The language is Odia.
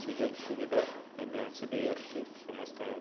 ସୁଯୋଗ ସୁବିଧା ମଧ୍ୟ ସେ ଦେଇ ଆସୁଛି ସମସ୍ତଙ୍କ